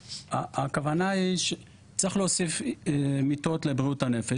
הכוונה היא , שצריך להוסיף מיטות לבריאות הנפש.